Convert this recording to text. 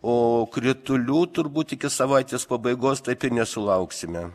o kritulių turbūt iki savaitės pabaigos taip ir nesulauksime